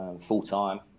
full-time